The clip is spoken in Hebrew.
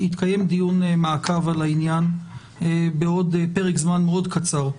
יתקיים דיון מעקב על העניין בעוד פרק זמן מאוד קצר.